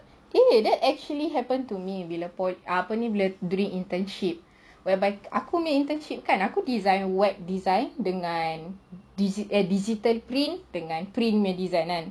eh that actually happen to me bila poly uh apa ni bila during internship whereby aku punya internship kan aku design web design dengan digital pin